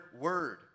word